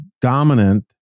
dominant